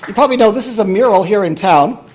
kind of you know this is a mural here in town.